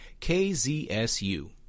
KZSU